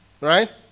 right